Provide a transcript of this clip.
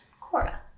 Cora